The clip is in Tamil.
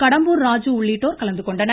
கடம்பூர் ராஜு உள்ளிட்டோர் கலந்து கொண்டனர்